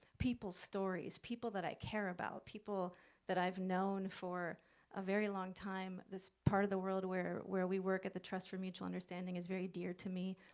people's stories, people that i care about, people that i've known for a very long time, this part of the world where where we work at the trust for mutual understanding is very dear to me.